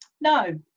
No